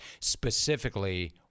specifically